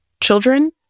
Children